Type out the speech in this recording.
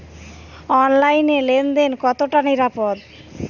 অনলাইনে লেন দেন কতটা নিরাপদ?